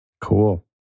Cool